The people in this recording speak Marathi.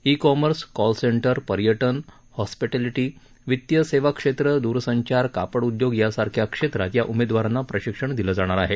ई कॉमर्स कॉल सेंद्रि पर्याज्ञ हॉस्पिश्लिश्व वित्तीय सेवा क्षेत्र दूरसंचार कापड उद्योग यासारख्या क्षेत्रात या उमेदवारांना प्रशिक्षण दिलं जाणार आहे